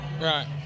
Right